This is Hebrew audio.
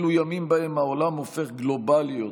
אלו ימים שבהם העולם הופך גלובלי יותר,